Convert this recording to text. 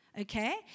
okay